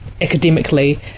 academically